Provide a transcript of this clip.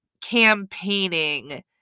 campaigning